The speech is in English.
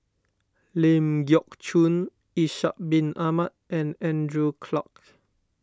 Ling Geok Choon Ishak Bin Ahmad and Andrew Clarke